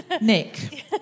Nick